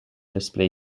display